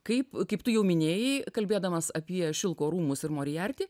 kaip kaip tu jau minėjai kalbėdamas apie šilko rūmus ir morijartį